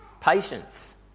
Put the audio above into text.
Patience